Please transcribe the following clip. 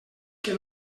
que